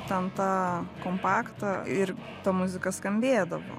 ten tą kompaktą ir ta muzika skambėdavo